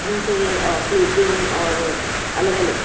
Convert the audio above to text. ان سے پلیٹیں اور الگ الگ